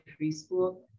preschool